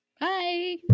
Bye